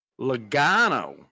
Logano